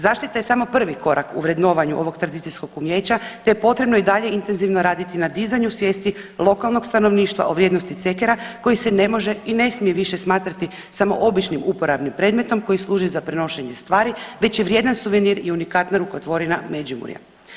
Zaštita je samo prvi korak u vrednovanju ovog tradicijskog umijeća te je potrebno i dalje intenzivno raditi na dizanju svijesti lokalnog stanovništva o vrijednosti cekera koji se ne može i ne smije više smatrati samo običnim uporabnim predmetom koji služi za prenošenje stvari već je vrijedan suvenir i unikatna rukotvorina Međimurja.